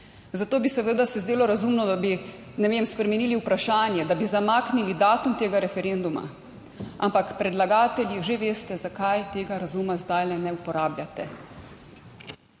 Zato bi seveda, se zdelo razumno, da bi, ne vem, spremenili vprašanje, da bi zamaknili datum tega referenduma, ampak predlagatelji že veste zakaj tega razuma zdaj ne uporabljate.